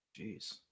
Jeez